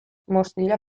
mozilla